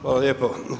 Hvala lijepo.